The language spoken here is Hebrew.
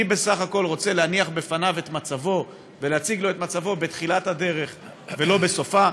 אני בסך הכול רוצה להציג לפניו את מצבו בתחילת הדרך ולא בסופה.